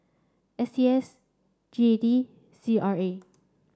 S T S G A D C R A